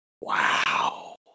wow